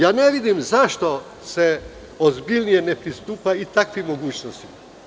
Ja ne vidim zašto se ozbiljnije ne pristupa i takvim mogućnostima.